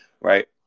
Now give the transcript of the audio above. Right